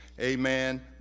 Amen